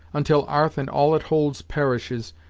until arth and all it holds perishes,